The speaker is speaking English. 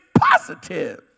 positive